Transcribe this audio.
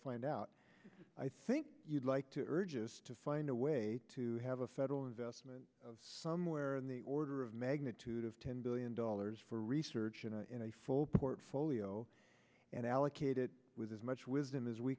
find out i think you'd like to burgess to find a way to have a federal investment of somewhere in the order of magnitude of ten billion dollars for research and a full portfolio and allocate it with as much wisdom as we